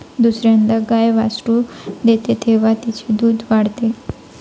दुसर्यांदा गाय वासरू देते तेव्हा तिचे दूध वाढते